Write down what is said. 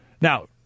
Now